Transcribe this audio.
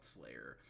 Slayer